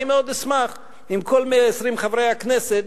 אני מאוד אשמח אם כל 120 חברי הכנסת,